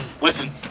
Listen